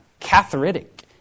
cathartic